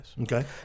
Okay